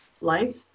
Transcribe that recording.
life